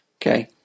Okay